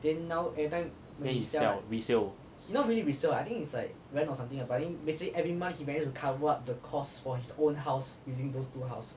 where he sell resale